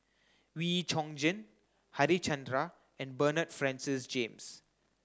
Wee Chong Jin Harichandra and Bernard Francis James